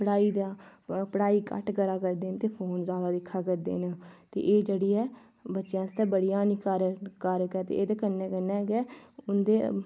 पढ़ाई दा पढ़ाई घट्ट करा करदे न ते फोन ज़्यादा दिक्खा करदे न ते एह् जेह्ड़ी ऐ बच्चें आस्तै बड़ी हानिकारक ऐ ते एह्दे कन्नै कन्नै गै उं'दे